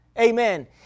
Amen